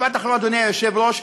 משפט אחרון, אדוני היושב-ראש.